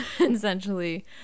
essentially